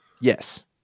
Yes